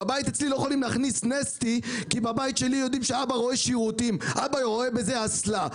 בבית שלי לא יכולים להכניס נסטי כי יודעים שאבא רואה בזה אסלה.